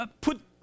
put